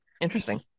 interesting